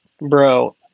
Bro